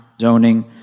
Zoning